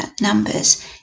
numbers